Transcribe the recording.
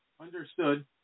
Understood